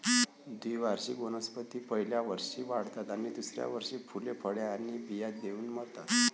द्विवार्षिक वनस्पती पहिल्या वर्षी वाढतात आणि दुसऱ्या वर्षी फुले, फळे आणि बिया देऊन मरतात